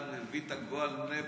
אתה מבין את הגועל נפש?